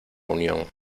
unión